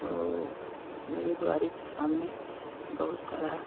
तो मेरे दुआरे के सामने बहुत सारा